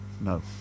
no